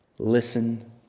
listen